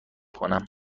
کنم